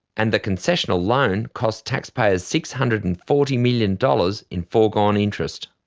and the concessional loan cost taxpayers six hundred and forty million dollars in foregone interest.